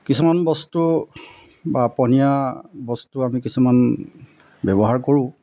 কিছুমান বস্তু বা পনীয়া বস্তু আমি কিছুমান ব্যৱহাৰ কৰোঁ